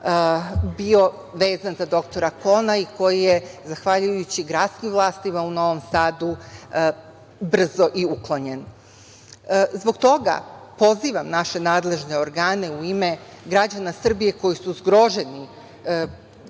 bio, vezan za dr Kona i koji je zahvaljujući gradskim vlastima u Novom Sadu brzo i uklonjen. Zbog toga pozivam naše nadležne organe u ime građana Srbije, koji su zgroženi